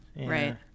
Right